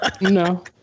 No